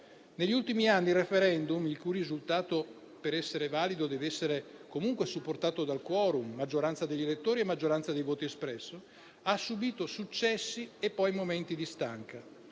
Negli ultimi anni i *referendum*, il cui risultato, per essere valido, dev'essere comunque supportato dal *quorum* (maggioranza degli elettori e maggioranza dei voti espressi), hanno subìto successi e poi momenti di stanca.